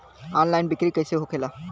Online बिक्री कैसे होखेला?